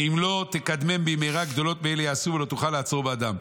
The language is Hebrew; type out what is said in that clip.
ואם לא תקדמם במהרה גדולות מאלה יעשו ולא תוכל לעצור בעדם.